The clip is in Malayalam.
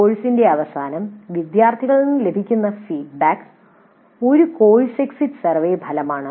കോഴ്സിന്റെ അവസാനം വിദ്യാർത്ഥികളിൽ നിന്ന് ലഭിക്കുന്ന ഫീഡ്ബാക്ക് ഒരു കോഴ്സ് എക്സിറ്റ് സർവേ ലഭ്യമാണ്